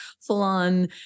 full-on